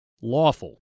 lawful